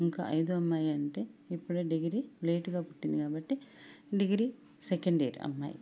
ఇంకా ఐదో అమ్మాయి అంటే ఇప్పుడే డిగ్రీ లేట్గా పుట్టింది కాబట్టి డిగ్రీ సెకండ్ ఇయర్ ఆ అమ్మాయ్